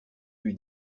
lui